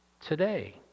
today